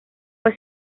fue